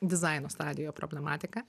dizaino stadijoje problematiką